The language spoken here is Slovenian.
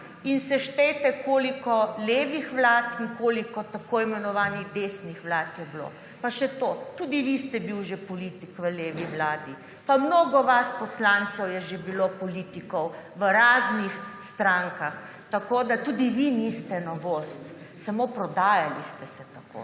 Seštejte, koliko levih vlad in koliko tako imenovanih desnih vlad je bilo. Pa še to, tudi vi ste bili že politik v levi vladi, pa mnogo vas poslancev je že bilo politikov v raznih strankah, tako da tudi vi niste novost, samo prodajali ste se tako.